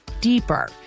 deeper